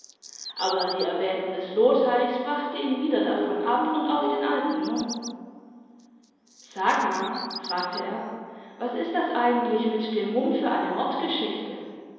aber die erwähnung des lohteichs brachte ihn wieder davon ab und auf den alten mumm sag mal fragte er was ist das eigentlich mit dem mumm für eine